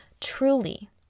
truly